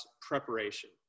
preparation